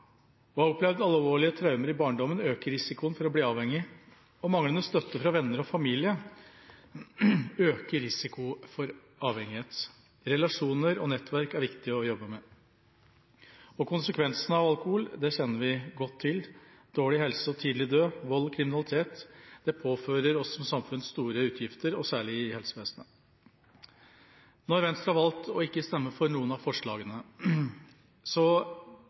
Å ha opplevd alvorlige traumer i barndommen øker risikoen for å bli avhengig, og manglende støtte fra venner og familie øker risikoen for avhengighet. Relasjoner og nettverk er det viktig å jobbe med. Konsekvensene av alkohol kjenner vi godt til – dårlig helse og tidlig død, vold og kriminalitet. Det påfører oss som samfunn store utgifter, og særlig i helsevesenet. Når Venstre har valgt ikke å stemme for noen av forslagene,